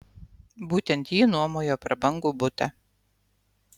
būtent ji nuomojo prabangų butą